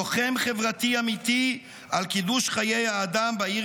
לוחם חברתי אמיתי על קידוש חיי האדם בעיר